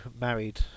married